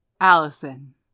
Allison